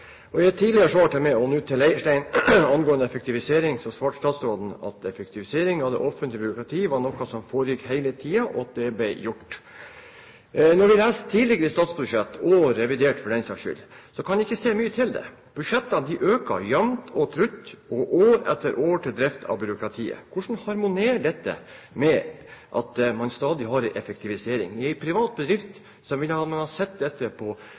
I et tidligere svar til meg, og nå til Ulf Leirstein, angående effektivisering, svarte statsråden at effektivisering av det offentlige byråkratiet var noe som foregikk hele tiden, og at det ble gjort. Når vi leser i tidligere statsbudsjett – og i revidert, for den saks skyld – så kan vi ikke se mye til det. Budsjettene øker jevnt og trutt, år etter år, til drift av byråkratiet. Hvordan harmonerer dette med at man sier at man stadig har en effektivisering? I en privat bedrift ville man ha sett dette